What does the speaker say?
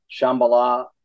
Shambhala